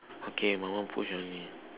okay my one push only